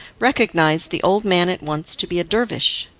recognised the old man at once to be a dervish.